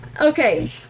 Okay